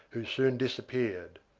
who soon disappeared.